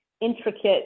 intricate